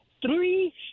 three